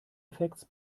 effekts